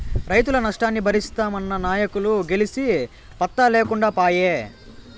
రైతుల నష్టాన్ని బరిస్తామన్న నాయకులు గెలిసి పత్తా లేకుండా పాయే